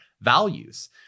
values